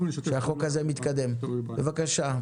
ככל שזה תלוי בנו, אנחנו נשתף פעולה.